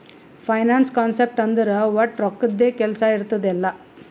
finance concept ಅಂದುರ್ ವಟ್ ರೊಕ್ಕದ್ದೇ ಕೆಲ್ಸಾ ಇರ್ತುದ್ ಎಲ್ಲಾ